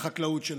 לחקלאות שלנו.